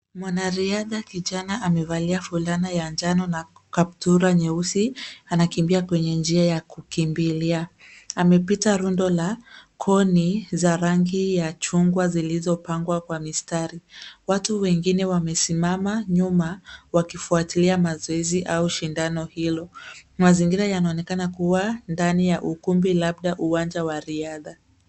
Mwanariadha kijana amevalia fulani ya njano na kaptura nyeusi. Anakimbia kwenye njia ya kukimbilia. Amepita rundo la koni za rangi ya chungwa zilizopangwa kwa mistari. Watu wengine wamesimama nyuma wakifuatilia mazoezi au shindano hilo. Mazingira yanaonekana kuwa ndani ya ukumbi labda uwanja wa riadha.